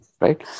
right